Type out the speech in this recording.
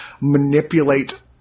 manipulate